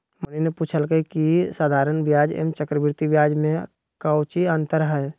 मोहिनी ने पूछल कई की साधारण ब्याज एवं चक्रवृद्धि ब्याज में काऊची अंतर हई?